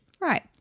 right